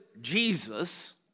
Jesus